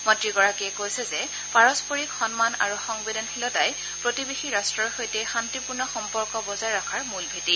মন্ত্ৰীগৰাকীয়ে কৈছে যে পাৰস্পৰিক সন্মান আৰু সংবেদনশীলতাই প্ৰতিবেশী ৰাষ্ট্ৰ সৈতে শান্তিপূৰ্ণ সম্পৰ্ক বজাই ৰখাৰ মূল ভেটি